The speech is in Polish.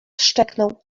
szczeknął